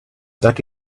that